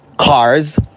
cars